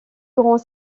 grands